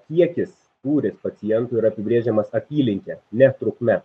kiekis tūris pacientų yra apibrėžiamas apylinke ne trukme